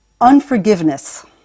Unforgiveness